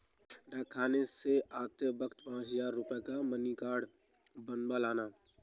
डाकखाने से आते वक्त पाँच हजार रुपयों का मनी आर्डर बनवा लाना